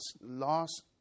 loss